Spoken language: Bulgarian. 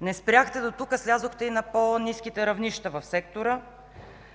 Не спряхте дотук, слязохте и на по-ниските равнища в сектора.